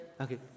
Okay